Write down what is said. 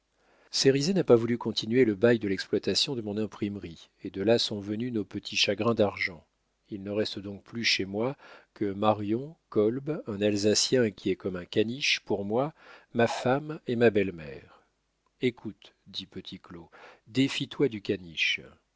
toi-même cérizet n'a pas voulu continuer le bail de l'exploitation de mon imprimerie et de là sont venus nos petits chagrins d'argent il ne reste donc plus chez moi que marion kolb un alsacien qui est comme un caniche pour moi ma femme et ma belle-mère écoute dit petit claud défie toi du caniche